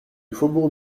faubourg